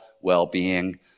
well-being